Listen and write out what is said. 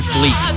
Fleet